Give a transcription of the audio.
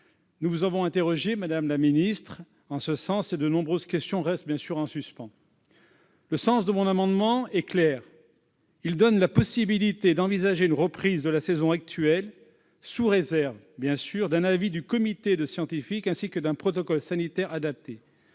Nous vous avons interrogée en ce sens, madame la ministre, mais de nombreuses questions restent en suspens. Le sens de mon amendement est clair : il vise à donner la possibilité d'envisager une reprise de la saison actuelle, sous réserve bien sûr d'un avis du comité de scientifiques ainsi que d'un protocole sanitaire adapté.